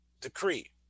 decree